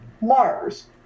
mars